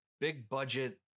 big-budget